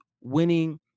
winning